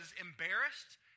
embarrassed